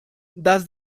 does